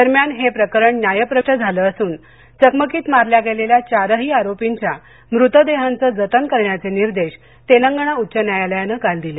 दरम्यान हे प्रकरण न्यायप्रविष्ट झाले असून चकमकीत मारल्या गेलेल्या चारही आरोपींच्या मुतादेहाचं जतन करण्याचे निर्देश तेलंगणा उच्च न्यायालयानं काल दिले